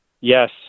Yes